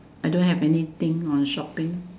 I don't have anything on shopping